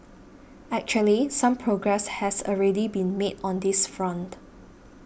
actually some progress has already been made on this front